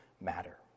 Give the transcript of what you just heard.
matter